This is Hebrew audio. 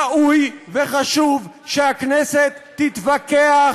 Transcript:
ראוי וחשוב שהכנסת תתווכח,